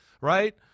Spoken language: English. right